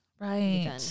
right